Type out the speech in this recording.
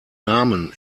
namen